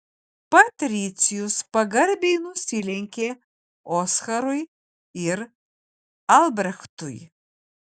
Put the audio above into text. patricijus pagarbiai nusilenkė oskarui ir albrechtui